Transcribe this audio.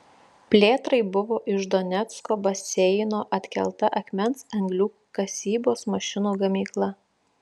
plėtrai buvo iš donecko baseino atkelta akmens anglių kasybos mašinų gamykla